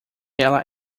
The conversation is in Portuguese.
ela